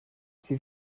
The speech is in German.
sie